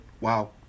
Wow